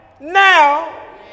now